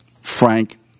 Frank